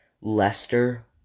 Leicester